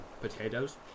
potatoes